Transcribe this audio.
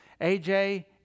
AJ